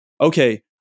Okay